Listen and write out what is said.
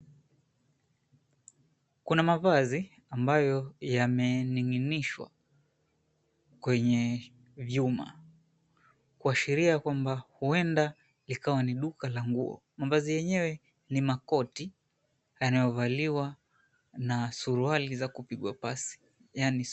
Kuna mavazi ambayo yamening'inishwa kwenye vyuma kuashiria kwamba uenda ikawa ni duka la nguo. Mavaazi lenyewe ni makoti yanayovaliwa na suruali ya kupigwa pasi yaani suti.